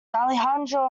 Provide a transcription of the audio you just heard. alejandro